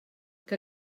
que